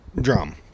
drum